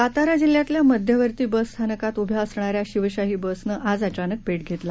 साताराजिल्ह्यातल्यामध्यवर्तीबसस्थानकातउभ्याअसणाऱ्याशिवशाहीबसनंआजअचानकपेटघेतला